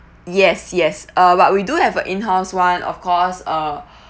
yes yes uh but we do have uh in house [one] of course uh